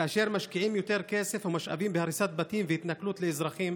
כאשר משקיעים יותר כסף ומשאבים בהריסת בתים והתנכלות לאזרחים